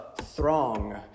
throng